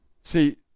See